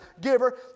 giver